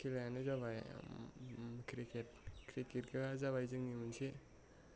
खेलायानो जाबाय क्रिकेट क्रिकेटा जोंनि मोनसे